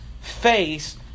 face